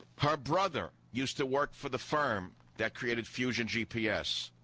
her brother used to work for the firm that created fusion gps